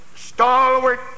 stalwart